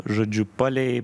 žodžiu palei